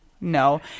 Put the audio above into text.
no